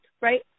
right